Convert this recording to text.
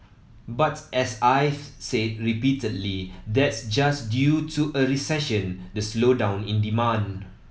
but as I've said repeatedly that's just due to a recession the slowdown in demand